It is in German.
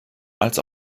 als